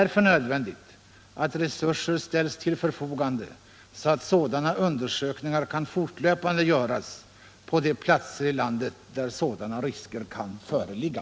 Resurser måste därför ställas till förfogande så att sådana undersökningar fortlöpande kan göras på de platser i landet där sådana risker kan föreligga.